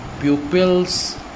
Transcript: pupils